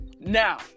Now